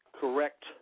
correct